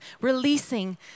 releasing